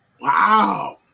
Wow